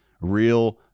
real